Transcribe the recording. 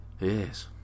Yes